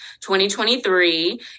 2023